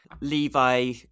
Levi